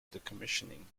decommissioning